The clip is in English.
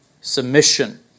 submission